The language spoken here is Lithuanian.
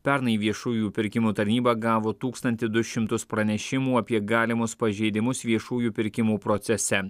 pernai viešųjų pirkimų tarnyba gavo tūkstantį du šimtus pranešimų apie galimus pažeidimus viešųjų pirkimų procese